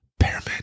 Pyramid